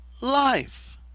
life